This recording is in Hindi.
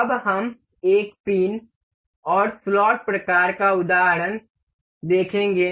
अब हम एक पिन और स्लॉट प्रकार का उदाहरण देखेंगे